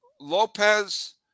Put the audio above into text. Lopez